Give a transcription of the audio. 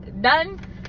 Done